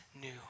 new